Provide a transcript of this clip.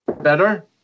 better